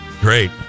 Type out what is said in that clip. Great